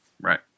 Right